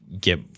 get